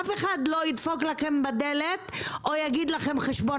אף אחד לא ידפוק לכם בדלת או יגיד לכם שחשבון